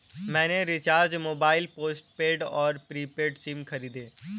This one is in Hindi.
मैंने रिचार्ज मोबाइल पोस्टपेड और प्रीपेड सिम खरीदे